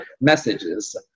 messages